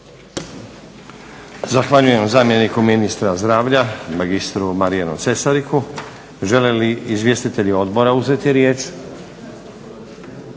Zahvaljujem zamjeniku ministra zdravlja, magistru Mariju Cesariku. Žele li izvjestitelji odbora uzeti riječ?